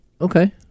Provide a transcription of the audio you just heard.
Okay